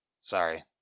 Sorry